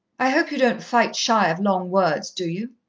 i hope you don't fight shy of long words, do you?